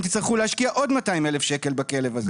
תצטרכו להשקיע עוד 200,000 שקל בכלב הזה.